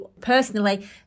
personally